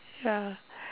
ya